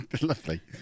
lovely